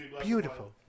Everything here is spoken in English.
beautiful